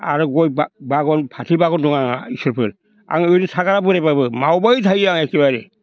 आरो गय बागान फाथै बागान दं आंहा इसोरफोर आङो ओरैनो थागारा बोराइब्लाबो मावबाय थायो आं एखेबारे